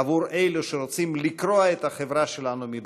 עבור אלו שרוצים לקרוע את החברה שלנו מבפנים.